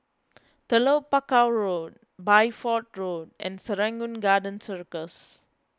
Telok Paku Road Bideford Road and Serangoon Garden Circus